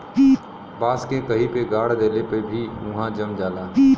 बांस के कहीं पे गाड़ देले पे भी उहाँ जम जाला